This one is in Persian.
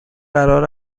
قرار